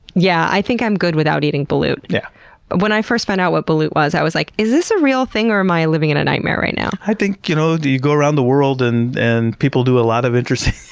yeah, i think i'm good without eating balut. yeah when i first found out what balut was, i was like, is this a real thing or am i living in a nightmare right now? i think, you know, you go around the world and, and people do a lot of interesting